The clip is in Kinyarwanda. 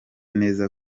neza